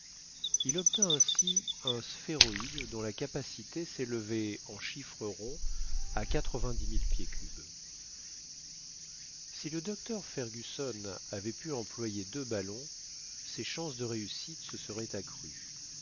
il obtint ainsi un sphéroïde dont la capacité s'élevait en chiffres ronds à quatre-vingt-dix mille pieds cubes si le docteur fergusson avait pu employer deux ballons ses chances de réussite se seraient accrues